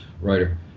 writer